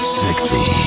sexy